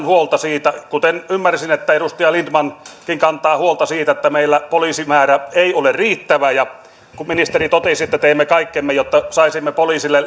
huolta siitä kuten ymmärsin että edustaja lindtmankin kantaa huolta että meillä poliisimäärä ei ole riittävä kun ministeri totesi että teemme kaikkemme jotta saisimme poliisille